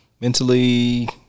mentally